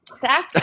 sack